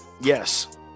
Yes